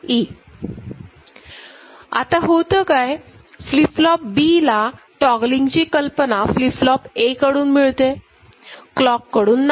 आता होतं काय फ्लिप फ्लॉप B ला टॉगलिंगची कल्पना फ्लिपफ्लोप A याकडून मिळते क्लॉक कडून नाही